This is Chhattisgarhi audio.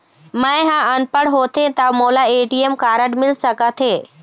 मैं ह अनपढ़ होथे ता मोला ए.टी.एम कारड मिल सका थे?